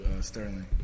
Sterling